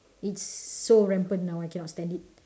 it's so rampant now I cannot stand it